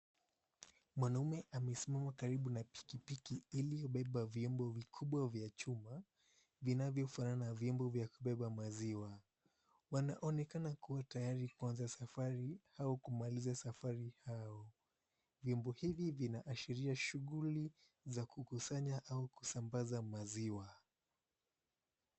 Mwanaume amesimama karibu na pikipiki iliyobeba vyombo vikubwa vya chuma vinavyofanana na vyombo vya kubeba maziwa. Wanaonekana kua tayari kuanza safari au kumaliza safari yao. Vyombo hivi vinaashiria shughuli za kukusanya au kusambaza maziwa.